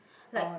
like